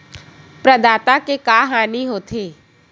प्रदाता के का हानि हो थे?